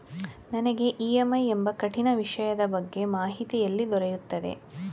ನನಗೆ ಇ.ಎಂ.ಐ ಎಂಬ ಕಠಿಣ ವಿಷಯದ ಬಗ್ಗೆ ಮಾಹಿತಿ ಎಲ್ಲಿ ದೊರೆಯುತ್ತದೆಯೇ?